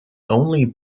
only